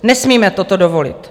Nesmíme toto dovolit.